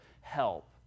help